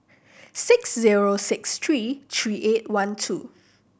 six zero six three three eight one two